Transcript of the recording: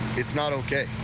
it's not okay.